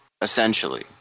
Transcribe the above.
essentially